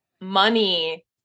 money